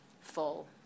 full